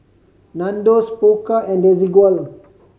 Nandos Pokka and Desigual